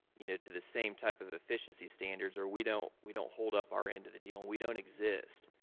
you know, to the same type of efficiency standards, or we don't we don't hold up our end of the deal, and we don't exist.